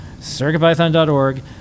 circuitpython.org